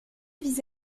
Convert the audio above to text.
vis